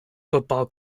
football